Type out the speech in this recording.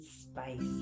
space